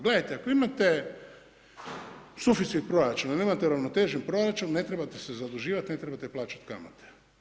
Gledajte, ako imate suficit proračuna, ako imate uravnotežen proračun ne trebate se zaduživat ne trebate plaćati kamate.